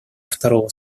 второго